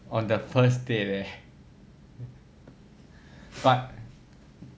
on the first date leh but